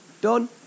done